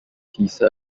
tisa